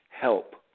help